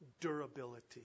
durability